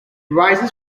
rises